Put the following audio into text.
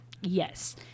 Yes